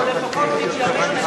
או לפחות מתיימר,